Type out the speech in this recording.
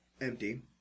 empty